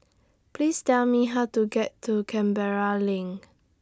Please Tell Me How to get to Canberra LINK